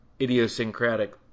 idiosyncratic